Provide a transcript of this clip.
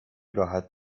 راحت